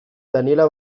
daniella